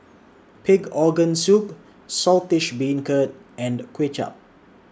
Pig Organ Soup Saltish Beancurd and Kuay Chap